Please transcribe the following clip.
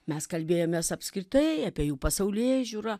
mes kalbėjomės apskritai apie jų pasaulėžiūrą